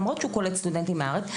למרות שהוא קולט סטודנטים מהארץ,